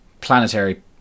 planetary